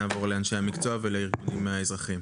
לאחר מכן נעבור לאנשי המקצוע ולארגונים האזרחיים.